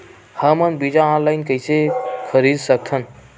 हमन बीजा ऑनलाइन कइसे खरीद सकथन?